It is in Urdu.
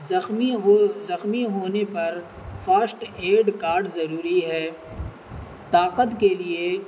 زخمی ہو زخمی ہونے پر فاسٹ ایڈ کارڈ ضروری ہے طاقت کے لیے